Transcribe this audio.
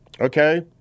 okay